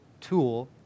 tool